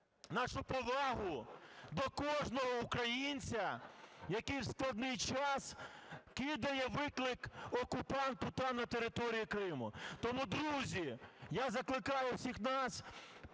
нашу повагу до кожного українця, який в складний час кидає виклик окупанту там на території Криму. Тому, друзі, я закликаю всіх нас